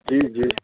जी जी